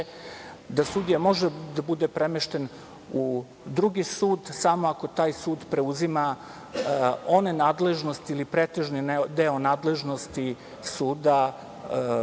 da sudija može da bude premešten u drugi sud samo ako taj sud preuzima one nadležnosti ili pretežni deo nadležnosti suda